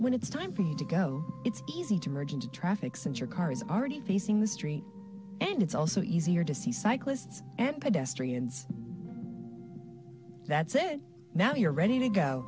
when it's time for you to go it's easy to merge into traffic since your car is already facing the street and it's also easier to see cyclists and pedestrians that's it now you're ready to go